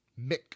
Mick